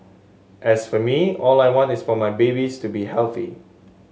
as for me all I want is for my babies to be healthy